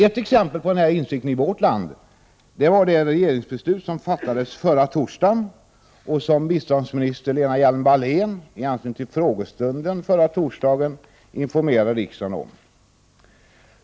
Ett exempel på denna insikt i vårt land är det regeringsbeslut som fattades förra torsdagen och som biståndsminister Lena Hjelm-Wallén informerade riksdagen om i samband med frågestunden samma dag.